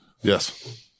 Yes